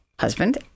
husband